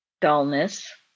dullness